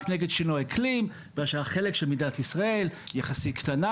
נגד שינוי האקלים בכלל שהחלק של מדינת ישראל יחסית קטן,